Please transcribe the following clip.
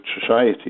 society